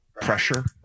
pressure